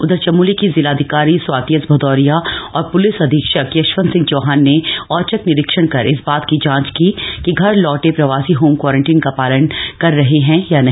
उधर चमोली की जिलाधिकारी स्वाति एस भदौरिया और पूलिस अधीक्षक यशवंत सिंह चौहान ने औचक निरीक्षण कर इस बात की जांच की कि घर लौटे प्रवासी होम क्वारंटीन का पालन कर रहे या नहीं